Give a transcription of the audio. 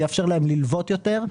וזה יאפשר להם ללוות יותר,